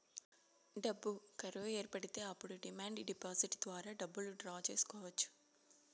డబ్బు కరువు ఏర్పడితే అప్పుడు డిమాండ్ డిపాజిట్ ద్వారా డబ్బులు డ్రా చేసుకోవచ్చు